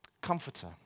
comforter